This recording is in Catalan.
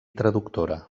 traductora